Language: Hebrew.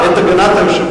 אני מבקש את הגנת היושב-ראש.